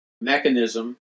mechanism